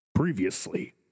Previously